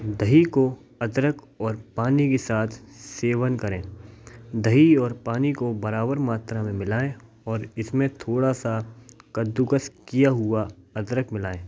दही को अदरक और पानी के साथ सेवन करे दही और पानी को बराबर मात्रा मे मिलाए और इसमें थोड़ा सा कद्दूकस किया हुआ अदरक मिलाएं